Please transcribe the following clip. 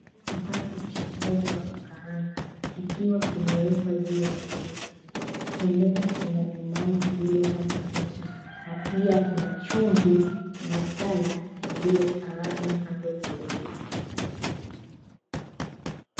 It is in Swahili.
Kipande cha mgomba wa kukaanga kikiwa kimewekwa juu ya gazeti. Pembeni kuna limau lililokatwa nusu na pia kuna chumvi na masala yaliyotawanywa kando kidogo.